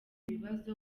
bibazo